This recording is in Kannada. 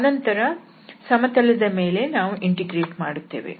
ಆನಂತರ ಸಮತಲದ ಮೇಲೆ ನಾವು ಇಂಟಿಗ್ರೇಟ್ ಮಾಡುತ್ತೇವೆ